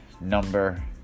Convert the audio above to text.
number